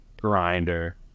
grinder